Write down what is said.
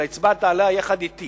אתה הצבעת עליה יחד אתי